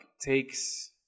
takes